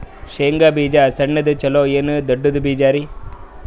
ಶೇಂಗಾ ಬೀಜ ಸಣ್ಣದು ಚಲೋ ಏನ್ ದೊಡ್ಡ ಬೀಜರಿ?